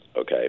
okay